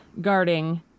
guarding